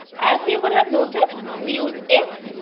as you would have noted, we use if,